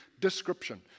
description